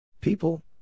People